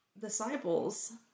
disciples